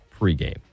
pregame